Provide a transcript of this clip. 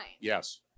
Yes